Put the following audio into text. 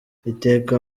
iteka